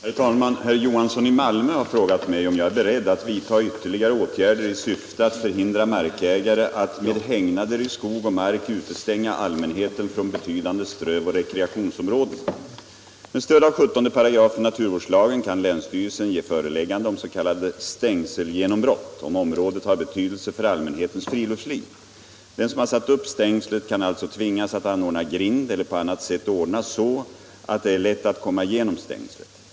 Herr talman! Herr Johansson i Malmö har frågat mig om jag är beredd att vidta ytterligare åtgärder i syfte att förhindra markägare att med hägnader i skog och mark utestänga allmänheten från betydande strövoch rekreationsområden. Med stöd av 17 § naturvårdslagen kan länsstyrelsen ge föreläggande om s.k. stängselgenombrott, om området har betydelse för allmänhetens friluftsliv. Den som har satt upp stängslet kan allså tvingas att anordna grind eller på annat sätt ordna så att det är lätt att komma igenom stängslet.